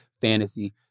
fantasy